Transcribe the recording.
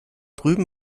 drüben